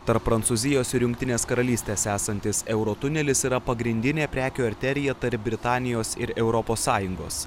tarp prancūzijos ir jungtinės karalystės esantis euro tunelis yra pagrindinė prekių arterija tarp britanijos ir europos sąjungos